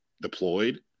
deployed